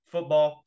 Football